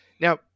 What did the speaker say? Now